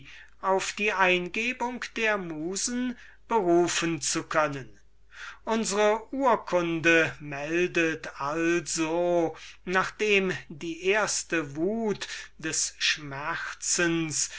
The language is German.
auf die eingebung der musen berufen zu können unsre urkunde meldet also nachdem die erste wut des schmerzens